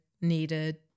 needed